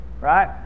right